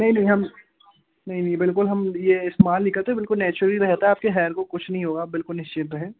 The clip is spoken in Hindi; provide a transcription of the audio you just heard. नहीं नहीं हम नहीं बलकुल हम यह इस्तेमाल नहीं करते बिलकुल नेचुरली रहता है आपके हेयर को कुछ नहीं होगा आप बिलकुल निश्चिंत रहें